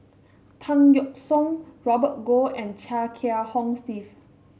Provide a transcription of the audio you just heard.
Tan Yeok Seong Robert Goh and Chia Kiah Hong Steve